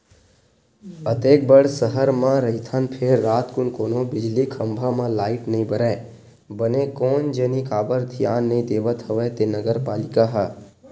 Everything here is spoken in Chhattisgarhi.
अतेक बड़ सहर म रहिथन फेर रातकुन कोनो बिजली खंभा म लाइट नइ बरय बने कोन जनी काबर धियान नइ देवत हवय ते नगर पालिका ह